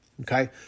Okay